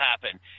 happen